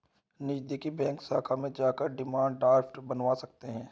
नज़दीकी बैंक शाखा में जाकर डिमांड ड्राफ्ट बनवा सकते है